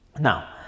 Now